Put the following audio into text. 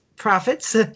Profits